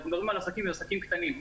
אנחנו מדברים על עסקים, הם עסקים קטנים.